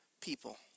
people